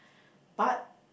but